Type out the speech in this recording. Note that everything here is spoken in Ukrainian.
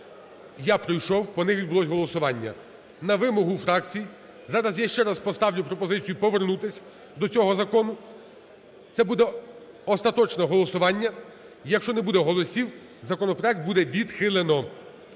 я пройшов, по них відбулося голосування. На вимогу фракцій зараз я ще раз поставлю пропозицію повернутися до цього закону, це буде остаточне голосування, якщо не буде голосів, законопроект буде відхилено.